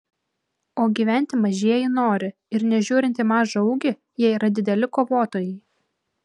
o gyventi mažieji nori ir nežiūrint į mažą ūgį jie yra dideli kovotojai